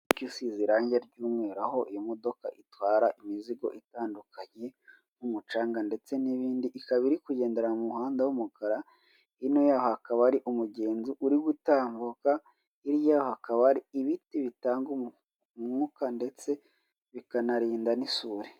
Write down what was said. Imodoka isize irangi ry'umweru, aho iyo modoka itwara imizigo itandukanye nk'umucanga ndetse n'ibindi, ikaba iri kugendera mu muhanda w'umukara, hino yayo hakaba hari umugenzi uri gutambuka, hirya hakaba hari ibiti bitanga umwuka ndetse bikanarinda n'isuri.